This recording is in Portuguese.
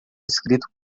escrito